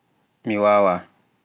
mi wawaa.